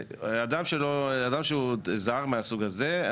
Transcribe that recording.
אדם שהוא זר מהסוג הזה,